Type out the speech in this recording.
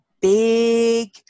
big